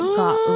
got